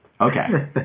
Okay